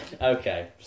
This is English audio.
Okay